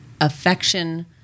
affection